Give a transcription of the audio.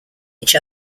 each